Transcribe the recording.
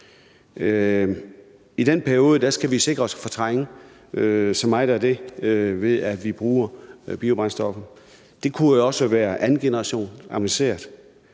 i den periode skal vi sikre os, at vi fortrænger så meget af det, vi kan, ved at vi bruger biobrændstoffer. Det kunne jo også være andengeneration og avancerede,